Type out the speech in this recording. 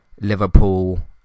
Liverpool